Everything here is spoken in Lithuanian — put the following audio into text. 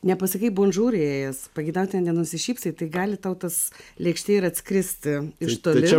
nepasakei bonžur įėjęs pageidautinai nenusišypsai tai gali tau tas lėkštėje ir atskrist iš toli